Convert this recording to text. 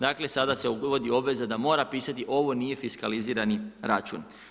Dakle, sada se uvodi obveza da mora pisati ovo nije fiskalizirani račun.